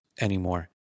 anymore